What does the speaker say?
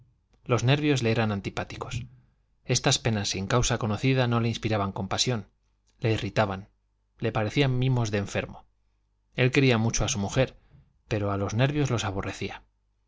los nervios le eran antipáticos estas penas sin causa conocida no le inspiraban compasión le irritaban le parecían mimos de enfermo él quería mucho a su mujer pero a los nervios los aborrecía